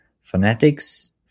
phonetics